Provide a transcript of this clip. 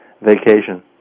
Vacation